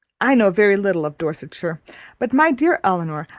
i know very little of dorsetshire but, my dear elinor,